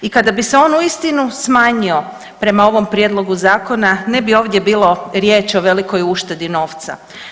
I kada bi se on uistinu smanjio prema ovom Prijedlogu zakona ne bi ovdje bilo riječ o velikoj uštedi novca.